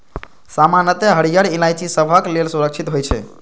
सामान्यतः हरियर इलायची सबहक लेल सुरक्षित होइ छै